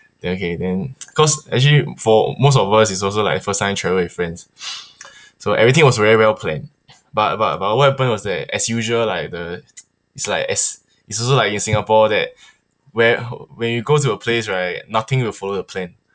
then okay then cause actually for most of us is also like first time travel with friends so everything was very well planned but but but what happened was that as usual like the it's like as it's also like in singapore that whe~ when you go to a place right nothing will follow your plan